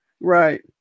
Right